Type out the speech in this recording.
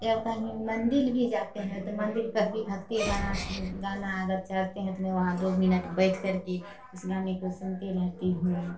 या कहीं मंदिर भी जाते हैं तो मंदिर पर भी भक्ति गाना सुन गाना अगर चलते हैं तो मैं वहाँ दो मिनट बैठकर के उस गाने को सुनती रहती हूँ